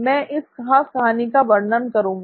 मैं इस खास कहानी का वर्णन करुंगा